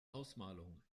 ausmalung